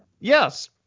Yes